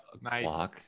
Nice